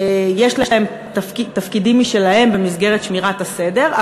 יש להם תפקידים משלהם במסגרת שמירת הסדר,